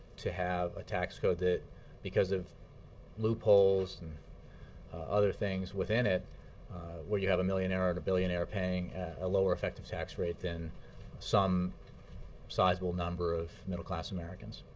to have a tax code that because of loopholes and other things within it where you have a millionaire or a billionaire paying a lower effective tax rate than some sizeable number of middle-class americans.